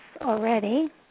already